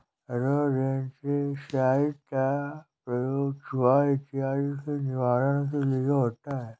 rodenticide का प्रयोग चुहा इत्यादि के निवारण के लिए होता है